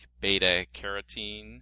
beta-carotene